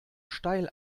steil